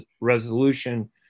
resolution